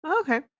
Okay